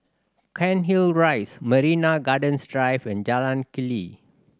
Cairnhill Rise Marina Gardens Drive and Jalan Keli